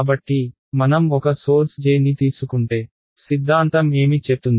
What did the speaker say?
కాబట్టి మనం ఒక సోర్స్ J ని తీసుకుంటే సిద్దాంతం ఏమి చెప్తుంది